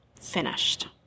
finished